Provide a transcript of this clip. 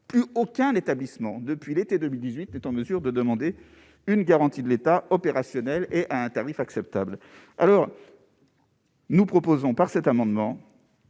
plus aucun établissement depuis l'été 2018 est en mesure de demander une garantie de l'État opérationnel et à un tarif acceptable alors. Nous proposons par cet amendement